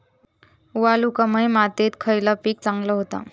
वालुकामय मातयेत खयला पीक चांगला होता?